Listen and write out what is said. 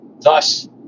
Thus